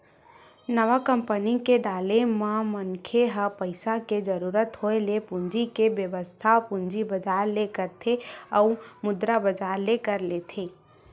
नवा कंपनी के डाले म मनखे ह पइसा के जरुरत होय ले पूंजी के बेवस्था पूंजी बजार ले करथे अउ मुद्रा बजार ले कर लेथे